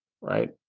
Right